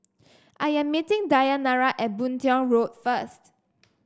I am meeting Dayanara at Boon Tiong Road first